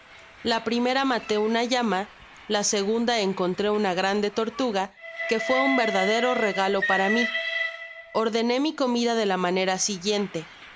la primera maté una llama la segunda encontró una grande tortuga que fué un verdadero regalo para mi ordené mi comida de la manera siguiente